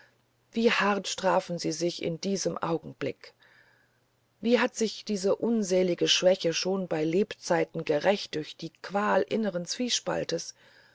wie hart strafen sie sich in diesem augenblick wie hat sich diese unselige schwäche schon bei lebzeiten gerächt durch die qual inneren